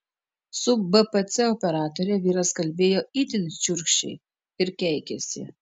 su bpc operatore vyras kalbėjo itin šiurkščiai ir keikėsi